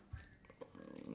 there's a stall ah